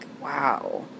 wow